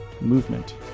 Movement